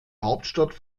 hauptstadt